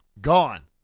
Gone